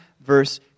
verse